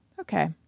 Okay